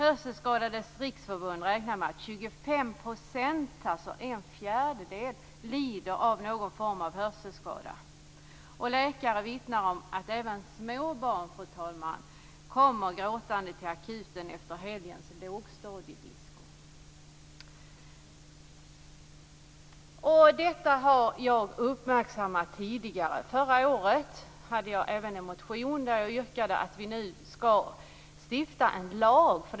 Hörselskadades Riksförbund räknar med att 25 %, en fjärdedel, av befolkningen lider av någon form av hörselskada. Läkare vittnar om att även småbarn, fru talman, kommer gråtande till akuten efter helgens lågstadiedisko. Jag har uppmärksammat denna fråga tidigare. Jag motionerade även förra året för att vi nu skall stifta en lag.